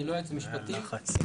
אני לא יועץ משפטי אלא פרויקטור.